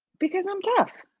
because i'm tough.